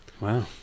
Wow